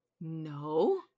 No